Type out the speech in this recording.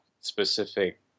specific